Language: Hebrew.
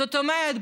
זאת אומרת,